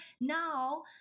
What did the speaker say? now